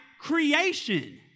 creation